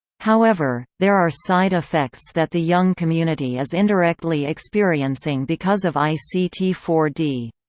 however, there are side effects that the young community is indirectly experiencing because of i c t four d.